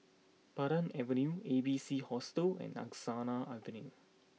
Pandan Avenue A B C Hostel and Angsana Avenue